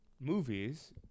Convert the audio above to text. movies